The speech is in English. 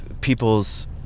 people's